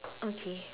okay